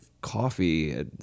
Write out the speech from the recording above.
coffee